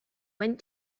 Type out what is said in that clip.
went